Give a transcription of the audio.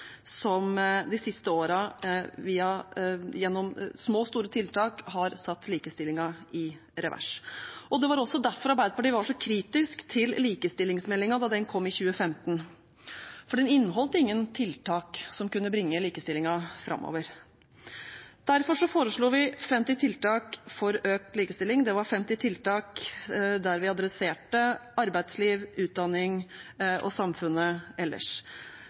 som de siste årene gjennom små og store tiltak har satt likestillingen i revers. Det var også derfor Arbeiderpartiet var så kritisk til likestillingsmeldingen da den kom i 2015, for den inneholdt ingen tiltak som kunne bringe likestillingen framover. Derfor foreslo vi 50 tiltak for økt likestilling. Det var 50 tiltak der vi adresserte arbeidsliv, utdanning og samfunnet ellers,